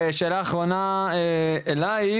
ושאלה אחרונה אלייך,